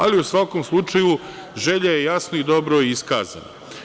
Ali, u svakom slučaju, želja je jasno i dobro iskazana.